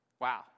Wow